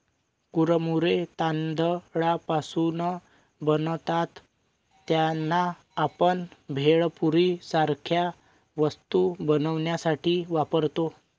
कुरमुरे तांदळापासून बनतात त्यांना, आपण भेळपुरी सारख्या वस्तू बनवण्यासाठी वापरतो